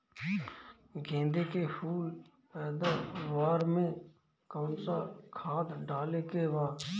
गेदे के फूल पैदवार मे काउन् सा खाद डाले के बा?